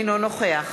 אינו נוכח